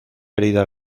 herida